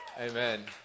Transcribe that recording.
Amen